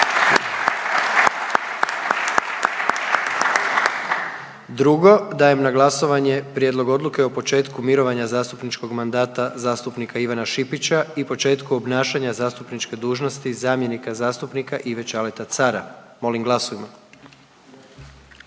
Drugo, dajem na glasovanje prijedlog odluke o početku mirovanja zastupničkog mandata zastupnika Ivana Šipića i početku obnašanja zastupničke dužnosti zamjenika zastupnika Ive Ćaleta Cara, molim glasujmo.